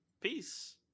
Peace